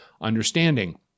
understanding